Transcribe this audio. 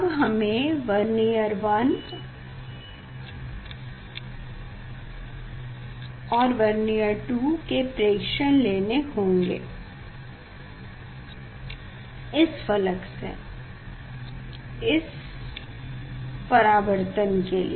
अब हमें वर्नियर 1 और वर्नियर 2 के प्रेक्षण लेने होंगे इस फ़लक से इस परावर्तन के लिए